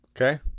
okay